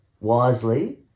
wisely